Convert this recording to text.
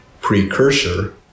precursor